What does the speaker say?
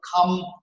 come